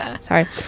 Sorry